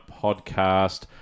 podcast